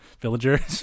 villager